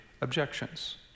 objections